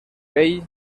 bell